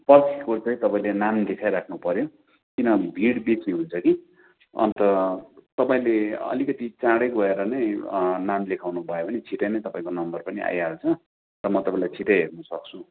पर्सिको चाहिँ तपाईँले नाम लेखाई राख्नुपऱ्यो किनभने भिड बेसी हुन्छ कि अन्त तपाईँले अलिकति चाँडै गएर नै नाम लेखाउनुभयो भने छिटै नै तपाईँको नम्बर पनि आइहाल्छ र म तपाईँलाई छिटै हेर्नसक्छु